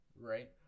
right